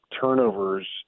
turnovers